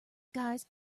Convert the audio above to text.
guys